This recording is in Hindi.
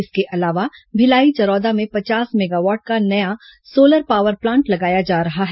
इसके अलावा भिलाई चरौदा में पचास मेगावाट का नया सोलर पावर प्लांट लगाया जा रहा है